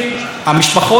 ולא עושים כלום.